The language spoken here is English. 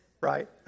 right